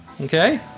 Okay